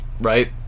Right